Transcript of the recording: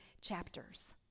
chapters